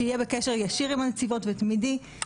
שיהיה בקשר ישיר ותמידי עם הנציבות.